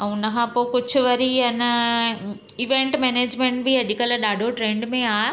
ऐं उनखां पोइ कुझु वरी अञा इवेंट मैनेजमेंट बि अॼुकल्ह ॾाढो ट्रैंड में आहे